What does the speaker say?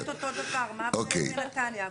אוקיי.